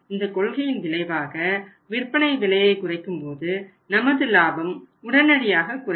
இந்த கொள்கையின் விளைவாக விற்பனை விலையை குறைக்கும் போது நமது லாபம் உடனடியாக குறையும்